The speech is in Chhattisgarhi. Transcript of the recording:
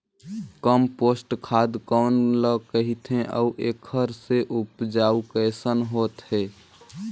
कम्पोस्ट खाद कौन ल कहिथे अउ एखर से उपजाऊ कैसन होत हे?